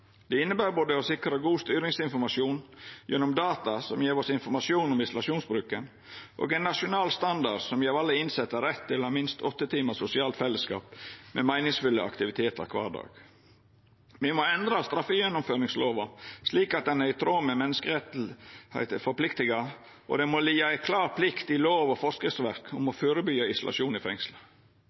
Det inneber å sikra både god styringsinformasjon gjennom data som gjev oss informasjon om isolasjonsbruken, og ein nasjonal standard som gjev alle innsette rett til å ha minst åtte timar sosialt fellesskap med meiningsfulle aktivitetar kvar dag. Me må endra straffegjennomføringslova slik at ho er i tråd med menneskerettane me er plikta til, og det må liggja ei klar plikt i lov og forskriftsverk om å førebyggja isolasjon i